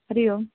Hari Om